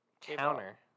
Counter